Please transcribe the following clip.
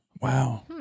Wow